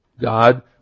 God